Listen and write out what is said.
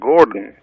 Gordon